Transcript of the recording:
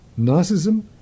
narcissism